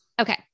Okay